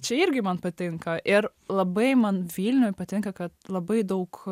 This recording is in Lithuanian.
čia irgi man patinka ir labai man vilniuj patinka kad labai daug